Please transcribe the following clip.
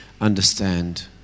understand